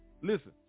listen